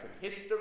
history